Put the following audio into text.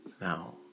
Now